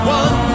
one